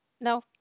no